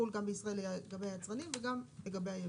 לגבי היבואנים.